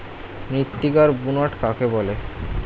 মৃত্তিকার বুনট কাকে বলে?